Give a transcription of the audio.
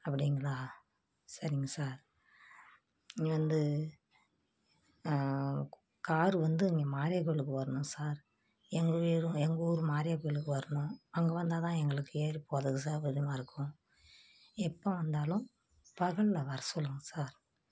அப்படிங்களா சரிங்க சார் இங்கே வந்து காரு வந்து இங்கே மாரியா கோவிலுக்கு வரணும் சார் எங்கள் வீடும் எங்கள் ஊர் மாரியா கோவிலுக்கு வரணும் அங்கே வந்தால் தான் எங்களுக்கு ஏறிப்போகிறதுக்கு சௌகரியமாக இருக்கும் எப்போ வந்தாலும் பகலில் வர சொல்லுங்கள் சார்